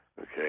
Okay